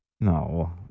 No